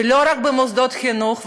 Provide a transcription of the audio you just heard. ולא רק במוסדות חינוך ובגני-ילדים,